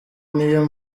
niyo